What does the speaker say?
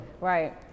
right